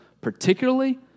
particularly